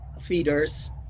feeders